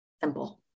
simple